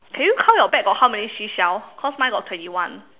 can you count your bag got how many seashells cause mine got twenty one